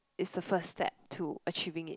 it's a first step to achieving it